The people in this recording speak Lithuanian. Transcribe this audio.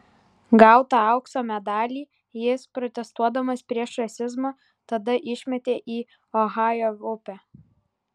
gautą aukso medalį jis protestuodamas prieš rasizmą tada išmetė į ohajo upę